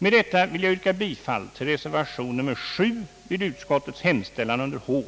Med detta vill jag yrka bifall till reservation 7 vid utskottets hemställan under H,